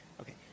Okay